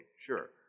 sure